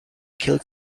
killed